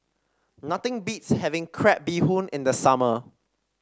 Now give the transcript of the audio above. nothing beats having Crab Bee Hoon in the summer